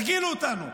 הרגילו אותנו,